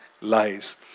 lies